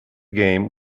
game